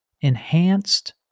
enhanced